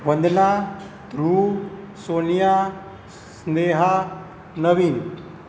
Vandana Dhruv Sonia Sneha Navin